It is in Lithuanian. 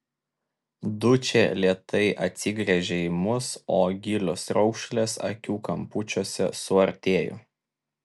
dučė lėtai atsigręžė į mus o gilios raukšlės akių kampučiuose suartėjo